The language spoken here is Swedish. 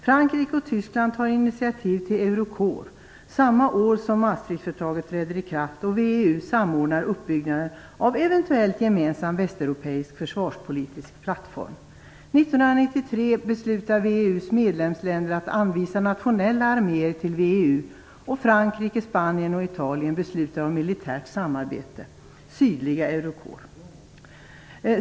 Frankrike och Tyskland tar initiativ till EUROCORPS, samma år som Maastrichtfördraget träder i kraft och VEU samordnar uppbyggnaden av eventuell gemensam västeuropeisk försvarspolitisk plattform. 1993 beslutar VEU:s medlemsländer att anvisa nationella arméer till VEU, och Frankrike, Spanien och Italien beslutar om militärt samarbete - sydliga EUROCORPS.